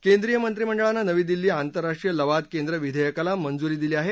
केंद्रीय मंत्रिमंडळानं नवी दिल्ली आंतरराष्ट्रीय लवाद केंद्र विधेयकाला मंजुरी दिली आहे